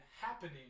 happening